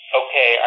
okay